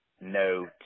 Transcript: no